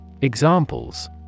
Examples